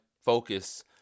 focus